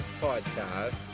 podcast